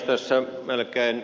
tässä ed